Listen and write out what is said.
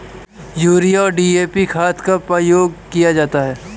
urea और DAP खाद का प्रयोग किया जाता है